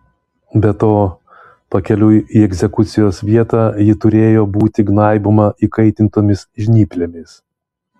be to pakeliui į egzekucijos vietą ji turėjo būti gnaiboma įkaitintomis žnyplėmis